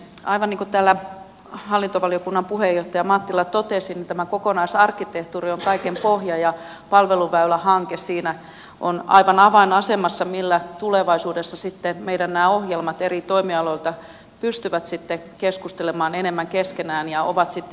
aivan niin kuin täällä hallintovaliokunnan puheenjohtaja mattila totesi tämä kokonaisarkkitehtuuri on kaiken pohja ja siinä on aivan avainasemassa palveluväylähanke millä tulevaisuudessa sitten meidän nämä ohjelmat eri toimialoilta pystyvät keskustelemaan enemmän keskenään ja ovat yhteensopivia